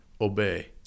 obey